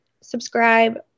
subscribe